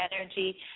energy